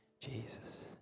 Jesus